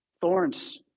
thorns